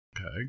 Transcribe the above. okay